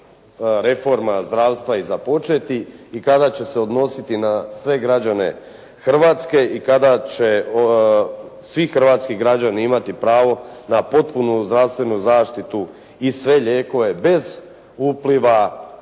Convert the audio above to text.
reforma zdravstva i započeti i kada će se odnositi na sve građane Hrvatske i kada će svi hrvatski građani imati pravo na potpunu zdravstvenu zaštitu i sve lijekove bez upliva,